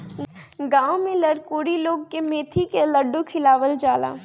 गांव में लरकोरी लोग के मेथी के लड्डू खियावल जाला